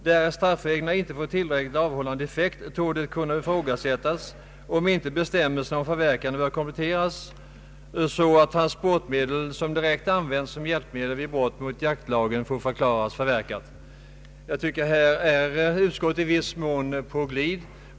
Därest straffreglerna inte får tillräckligt avhållande effekt, torde det kunna ifrågasättas om inte bestämmelserna om förverkande bör kompletteras så att transportmedel som direkt använts som hjälpmedel vid brott mot jaktlagen får förklaras förverkat.” Här är utskottet i viss mån på glid.